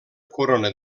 corona